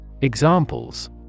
Examples